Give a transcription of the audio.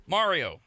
Mario